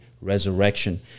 resurrection